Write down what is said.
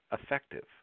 effective